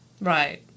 Right